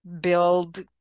build